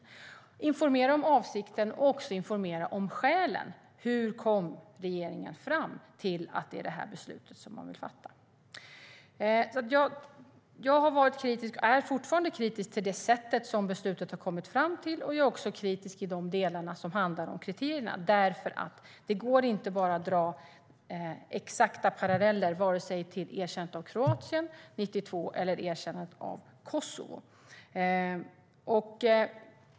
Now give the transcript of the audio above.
Det handlade om att informera om avsikt och skäl, det vill säga hur regeringen kom fram till detta beslut. Jag har som sagt varit kritisk och är fortfarande kritisk till det sätt som beslutet fattats. Jag är också kritisk till de delar som handlar om kriterierna. Det går inte att dra exakta paralleller vare sig till erkännandet av Kroatien 1992 eller erkännandet av Kosovo.